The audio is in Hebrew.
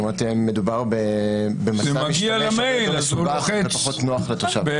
אם זה מגיע למייל, אז הוא לוחץ בחזרה.